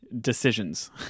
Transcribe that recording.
decisions